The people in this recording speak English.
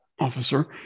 officer